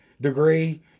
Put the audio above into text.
degree